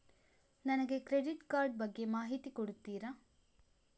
ನನಗೆ credit card ಬಗ್ಗೆ ಮಾಹಿತಿ ಕೊಡುತ್ತೀರಾ?